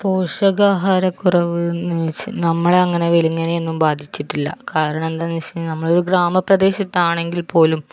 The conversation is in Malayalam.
പോഷകാഹാരക്കുറവ് എന്ന് വച്ചാൽ നമ്മളെ അങ്ങനെ വലുങ്ങനെയൊന്നും ബാധിച്ചിട്ടില്ല കാരണം എന്താണെന്ന് വച്ച് കഴിഞ്ഞാൽ നമ്മള് ഗ്രാമ പ്രദേശത്ത് ആണെങ്കിൽ പോലും